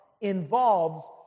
involves